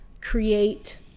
create